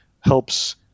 helps